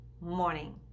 morning